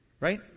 right